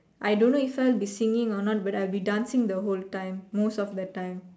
I don't know if I'll be singing or not but I'll be dancing the whole time most of the time